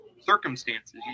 circumstances